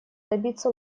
добиться